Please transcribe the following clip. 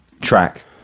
track